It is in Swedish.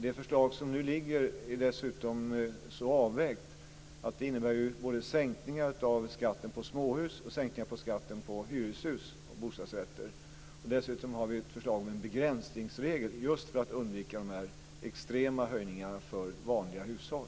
Det förslag som nu ligger är dessutom så avvägt att det innebär både sänkningar av skatten på småhus och sänkningar av skatten på hyreshus och bostadsrätter. Dessutom har vi ett förslag om en begränsningsregel just för att undvika de här extrema höjningarna för vanliga hushåll.